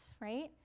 right